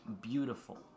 beautiful